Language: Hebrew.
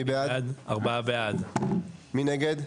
מי נגד?